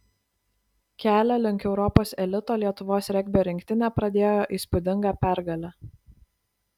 kelią link europos elito lietuvos regbio rinktinė pradėjo įspūdinga pergale